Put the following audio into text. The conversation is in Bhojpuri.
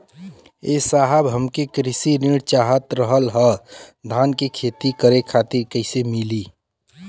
ए साहब हमके कृषि ऋण चाहत रहल ह धान क खेती करे खातिर कईसे मीली?